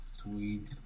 Sweet